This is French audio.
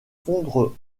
fondre